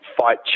fight